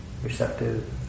receptive